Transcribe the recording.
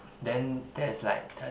then there is like